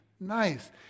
Nice